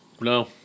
No